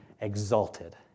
exalted